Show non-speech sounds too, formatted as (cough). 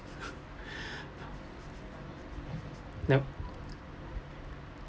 (breath) yup